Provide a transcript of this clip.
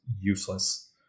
useless